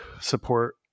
support